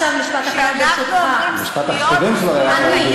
למה את חושבת שמישהו עושה הפרדה?